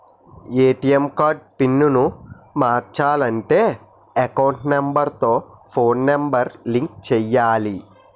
ATM card pin మార్చాలంటే account number తో phone number link చేయాలి